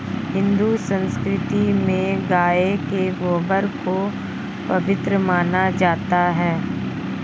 हिंदू संस्कृति में गाय के गोबर को पवित्र माना जाता है